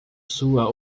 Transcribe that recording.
sua